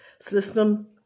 system